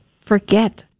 forget